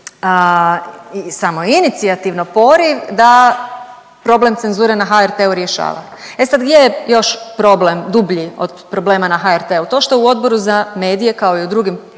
samoinicijativno poriv da problem cenzure na HRT-u rješava, e sad gdje je još problem dublji od problema na HRT-u? To što u Odboru za medije, kao i u drugim